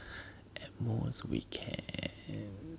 at most we can